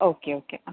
okay okay ആ